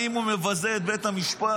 האם הוא מבזה את בית המשפט.